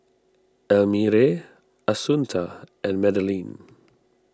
Elmire Assunta and Madeleine